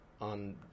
on